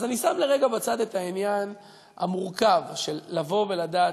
אז אני שם לרגע בצד את העניין המורכב של לבוא ולדעת,